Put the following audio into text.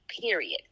Period